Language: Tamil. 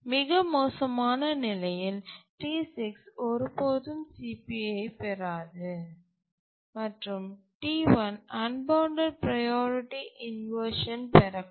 மிக மோசமான நிலையில் T6 ஒருபோதும் CPUஐப் பெறாது மற்றும் T1 அன்பவுண்டட் ப்ரையாரிட்டி இன்வர்ஷன் பெறக்கூடும்